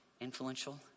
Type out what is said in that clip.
Influential